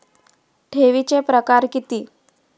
ठेवीचे प्रकार किती?